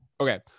okay